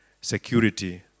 security